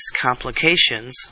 complications